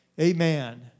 Amen